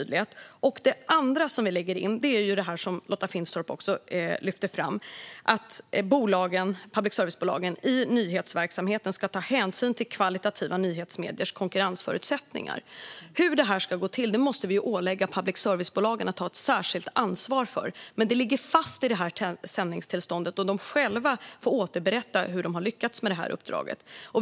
Det andra vi lägger in är det som Lotta Finstorp också lyfter fram: att public service-bolagen i nyhetsverksamheten ska "ta hänsyn till kvalitativa nyhetsmediers konkurrensförutsättningar". Hur det här ska gå till måste vi ålägga public service-bolagen att ta särskilt ansvar för. Men det ligger fast i det här sändningstillståndet. De får själva återberätta hur de har lyckats med uppdraget.